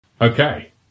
Okay